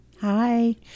Hi